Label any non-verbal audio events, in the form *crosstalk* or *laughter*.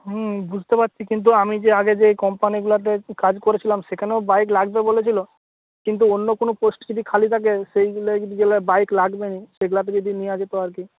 হুম বুঝতে পারছি কিন্তু আমি যে আগে যে কোম্পানিগুলোতে কাজ করেছিলাম সেখানেও বাইক লাগবে বলেছিল কিন্তু অন্য কোনো পোস্ট যদি খালি থাকে সেই *unintelligible* বাইক লাগবে না সেইগুলোতে যদি নেওয়া যেত আর কি